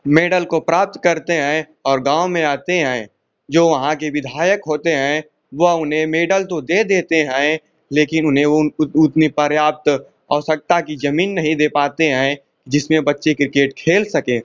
medal को प्राप्त करते हैं और गाँव में आते हैं जो वहाँ के विधायक होते हैं वह उन्हें मेडल तो दे देते हैं लेकिन उन्हें उन उत उतने पर्याप्त आवश्यकता कि ज़मीन नहीं दे पाते हैं जिसमें बच्चे किर्केट खेल सकें